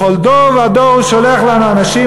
בכל דור ודור הוא שולח לנו אנשים